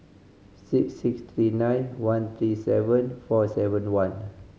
six six three nine one three seven four seven one